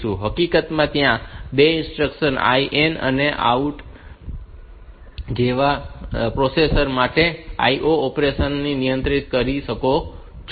હકીકતમાં ત્યાં 2 instructions IN અને OUT છે જેના દ્વારા તમે પ્રોસેસર માંથી IO ઓપરેશન ને નિયંત્રિત કરી શકો છો